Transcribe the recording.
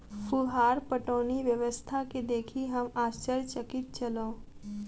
फुहार पटौनी व्यवस्था के देखि हम आश्चर्यचकित छलौं